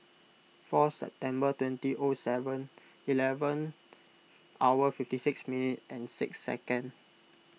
four September twenty O Seven Eleven hour fifty six minutes six seconds